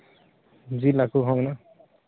ᱡᱤᱞ ᱦᱟᱹᱠᱩ ᱦᱚᱸ ᱢᱮᱱᱟᱜᱼᱟ